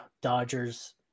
Dodgers